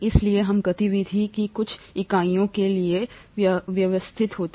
इसलिए हम गतिविधि की कुछ इकाइयों के लिए व्यवस्थित होते हैं